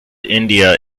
india